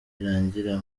irangira